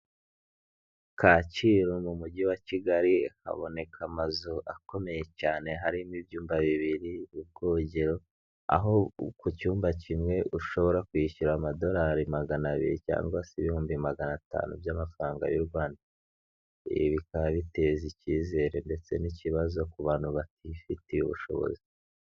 Kacyiru mu Mujyi wa Kigali, haboneka amazu akomeye cyane harimo ibyumba bibiri, ubwogero, aho ku cyumba kimwe ushobora kwishyura amadolari magana abiri cyangwa se ibihumbi magana atanu by'amafaranga y'u Rwanda. Ibi bikaba biteza icyizere ndetse n'ikibazo ku bantu batifitiye ubushobozi.